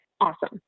Awesome